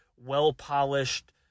well-polished